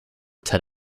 tet